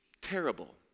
terrible